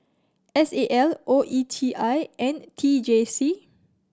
S A L O E T I and T J C